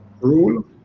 rule